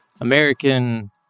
American